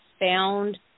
found